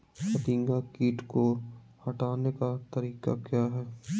फतिंगा किट को हटाने का तरीका क्या है?